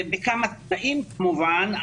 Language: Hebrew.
בכמה תנאים כמובן,